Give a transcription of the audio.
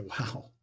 Wow